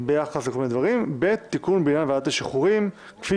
ביחס לכל מיני דברים ותיקון בעניין ועדת השחרורים כפי